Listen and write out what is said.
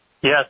yes